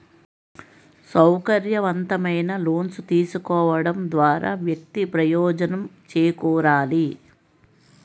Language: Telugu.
సౌకర్యవంతమైన లోన్స్ తీసుకోవడం ద్వారా వ్యక్తి ప్రయోజనం చేకూరాలి